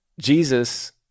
Jesus